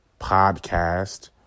podcast